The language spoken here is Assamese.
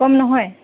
কম নহয়